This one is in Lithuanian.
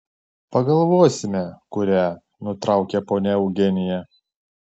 pagalvosime kurią nutraukė ponia eugenija